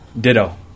ditto